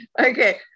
Okay